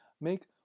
make